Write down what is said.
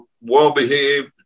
well-behaved